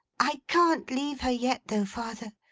i can't leave her yet though, father.